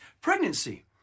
pregnancy